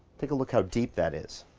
take a look how deep that is.